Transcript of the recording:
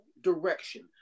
direction